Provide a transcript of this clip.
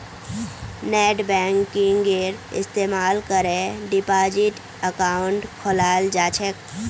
नेटबैंकिंगेर इस्तमाल करे डिपाजिट अकाउंट खोलाल जा छेक